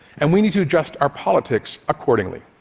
and we need to adjust our politics accordingly.